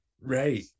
Right